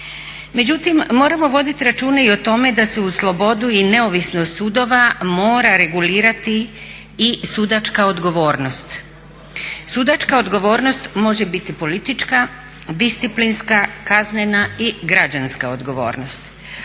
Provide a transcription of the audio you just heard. Međutim, moramo voditi računa i o tome da se uz slobodu i neovisnost sudova mora regulirati i sudačka odgovornost. Sudačka odgovornost može biti politička, disciplinska, kaznena i građanska odgovornost.